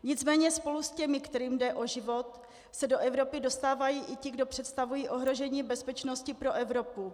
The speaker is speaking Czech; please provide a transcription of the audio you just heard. Nicméně spolu s těmi, kterým jde o život, se do Evropy dostávají i ti, kdo představují ohrožení bezpečnosti pro Evropu.